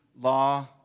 law